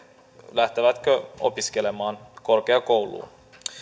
lähtevätkö opiskelemaan korkeakouluun